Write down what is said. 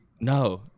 No